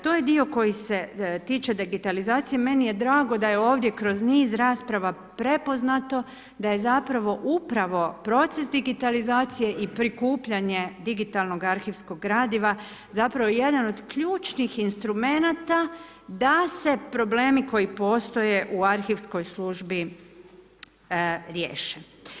To je dio koji se tiče digitalizacije, meni je drago da je ovdje kroz niz rasprava prepoznato da je zapravo upravo proces digitalizacije i prikupljanje digitalnog arhivskog gradiva zapravo jedan od ključnih instrumenata da se problemi koji postoje u arhivskoj službi riješe.